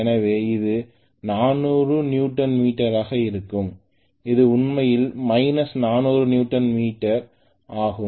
எனவே இது 400 நியூட்டன் மீட்டராக இருக்கும் இது உண்மையில் மைனஸ் 400 நியூட்டன் மீட்டர் ஆகும்